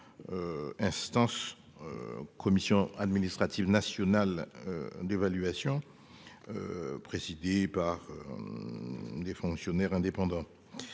Instance. Commission administrative nationale. D'évaluation. Présidée par. Des fonctionnaires indépendants.